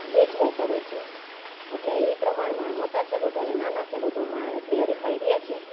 વેચવો પડે છે એટલે એ પ્રમાણમાં મોટા ખેડૂતોને નાના ખેડૂતોમાં એટલી હરીફાઈ રહે છે